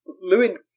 Lewin